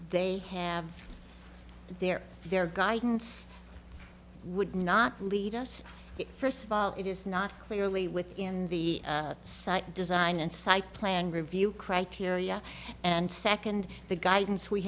they have their their guidance would not lead us first of all it is not clearly within the site design and site plan review criteria and second the guidance we